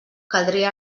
caldria